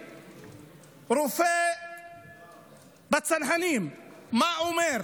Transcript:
רופא בצנחנים מה הוא אומר,